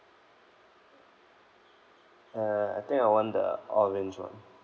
uh I think I want the orange one